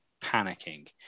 panicking